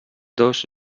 dos